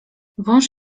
wąż